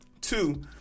two